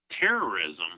terrorism